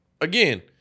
again